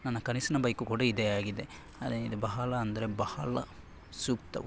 ನನ್ನ ಕನಸಿನ ಬೈಕು ಕೂಡ ಇದೇ ಆಗಿದೆ ಅಂದರೆ ಇದು ಬಹಳ ಅಂದರೆ ಬಹಳ ಸೂಕ್ತ ಉತ್ತಮ